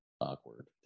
awkward